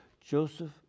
Joseph